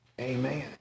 Amen